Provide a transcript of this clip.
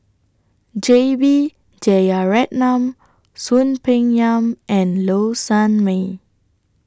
J B Jeyaretnam Soon Peng Yam and Low Sanmay